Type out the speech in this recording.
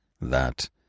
that